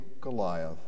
Goliath